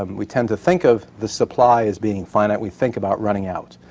and we tend to think of the supply as being finite. we think about running out.